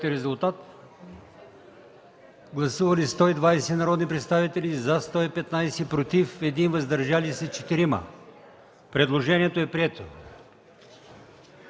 гласуване. Гласували 138 народни представители: за 129, против 7, въздържали се 2. Предложението е прието.